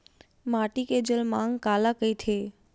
माटी के जलमांग काला कइथे?